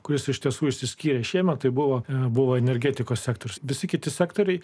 kuris iš tiesų išsiskyrė šiemet tai buvo buvo energetikos sektorius visi kiti sektoriai